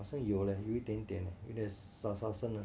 好像有勒有一点点有一点沙沙声